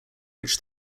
which